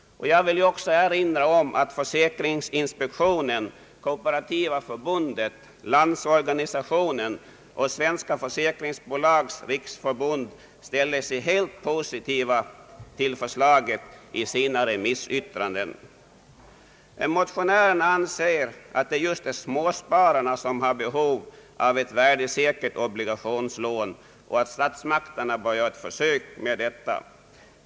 Jag vill också erinra om att försäkringsinspektionen, Kooperativa förbundet, Landsorganisationen och Svenska försäkringsbolags riksförbund ställt sig helt positiva till förslaget i sina remissyttranden. Motionärerna anser att det just är småspararna som har behov av ett värdesäkert obligationslån och att statsmakterna bör göra ett försök med detta.